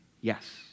Yes